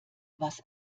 was